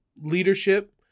leadership